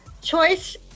choice